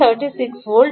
max 36 volt